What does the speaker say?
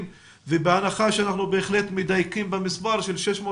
ובהנחה שאנחנו בהחלט מדייקים במספר של 600,